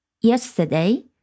yesterday